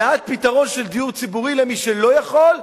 ועד פתרון של דיור ציבורי למי שלא יכול.